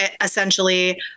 essentially